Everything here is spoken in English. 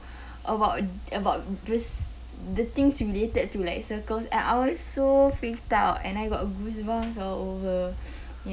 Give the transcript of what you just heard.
about about those the things related to like circles and I was so freaked out and I got goosebumps all over y~